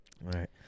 right